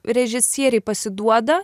režisieriai pasiduoda